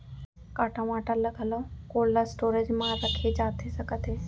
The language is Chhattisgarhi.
का टमाटर ला घलव कोल्ड स्टोरेज मा रखे जाथे सकत हे?